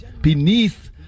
beneath